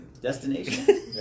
Destination